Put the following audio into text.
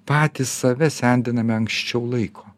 patys save sendiname anksčiau laiko